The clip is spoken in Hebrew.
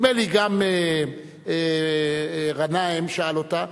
נדמה לי שגם גנאים שאל אותה,